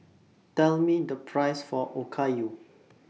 Tell Me The Price For Okayu